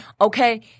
Okay